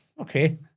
okay